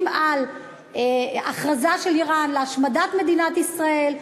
על הכרזה של איראן על השמדת מדינת ישראל,